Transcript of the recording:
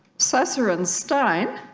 susser and stein